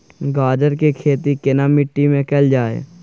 गाजर के खेती केना माटी में कैल जाए?